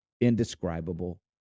indescribable